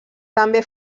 també